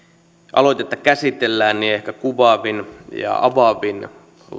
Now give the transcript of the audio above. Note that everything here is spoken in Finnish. aloitetta käsitellään ehkä kuvaavin ja avaavin